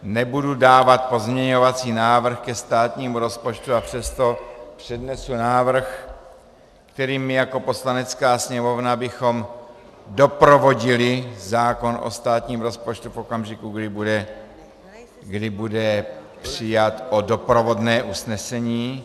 Nebudu dávat pozměňovací návrh ke státnímu rozpočtu, a přesto přednesu návrh, kterým jako Poslanecká sněmovna bychom doprovodili zákon o státním rozpočtu v okamžiku, kdy bude přijat, o doprovodné usnesení.